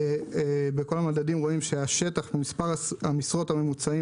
בכל המדדים רואים שהשטח ומספר המשרות הממוצעים